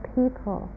people